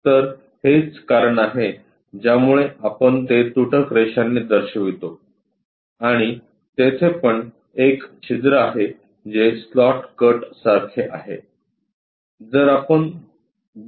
तर हेच कारण आहे ज्यामुळे आपण ते तुटक रेषांनी दर्शवितो आणि तेथे पण एक छिद्र आहे जे स्लॉट कट सारखे आहे